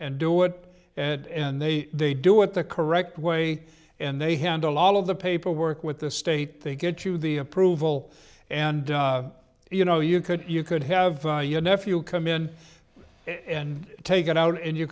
and do it and they they do it the correct way and they handle all of the paperwork with the state they get through the approval and you know you could you could have your nephew come in and take it out and you